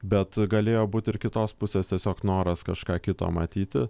bet galėjo būt ir kitos pusės tiesiog noras kažką kito matyti